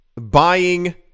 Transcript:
buying